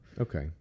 Okay